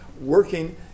working